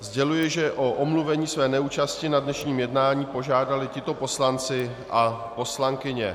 Sděluji, že o omluvení své neúčasti na dnešním jednání požádali tito poslanci a poslankyně.